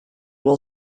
will